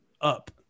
up